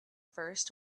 first